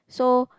so